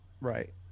right